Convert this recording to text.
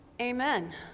Amen